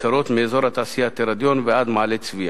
וכיכרות מאזור התעשייה תרדיון ועד מעלה-צבייה.